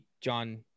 John